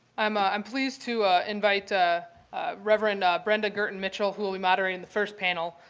i'm i'm pleased to invite ah reverend brenda gurtin mitchell who will be moderating the first panel.